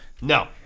No